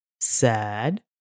sad